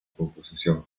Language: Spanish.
composición